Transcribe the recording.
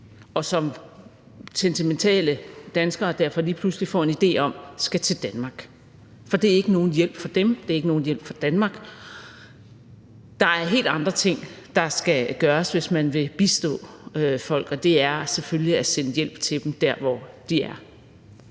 og som sentimentale danskere derfor lige pludselig får en idé om skal til Danmark. For det er ikke nogen hjælp for dem, det er ikke nogen hjælp for Danmark. Der er helt andre ting, der skal gøres, hvis man vil bistå folk, og det er selvfølgelig at sende hjælp til dem der, hvor de er.